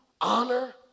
honor